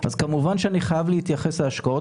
אז כמובן שאני חייב להתייחס להשקעות